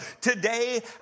Today